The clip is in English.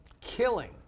killing